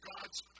God's